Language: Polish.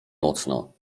mocno